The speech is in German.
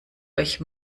euch